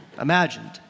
imagined